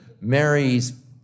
Mary's